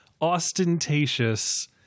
ostentatious